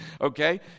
Okay